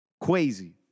Crazy